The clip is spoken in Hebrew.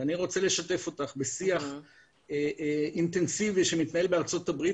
אני רוצה לשתף אותך בשיח אינטנסיבי שמתנהל בארצות הברית